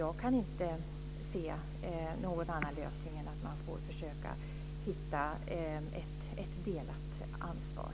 Jag kan inte se någon annan lösning än att man får försöka att hitta ett delat ansvar.